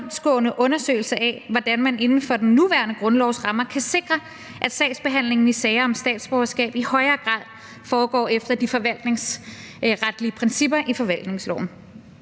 undersøgelse af, hvordan man inden for den nuværende grundlovs rammer kan sikre, at sagsbehandlingen i sager om statsborgerskab i højere grad foregår efter de forvaltningsretlige principper i forvaltningsloven.